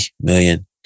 million